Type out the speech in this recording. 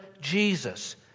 Jesus